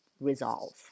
resolve